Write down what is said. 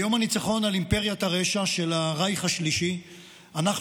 ביום הניצחון על אימפריית הרשע של הרייך השלישי אנחנו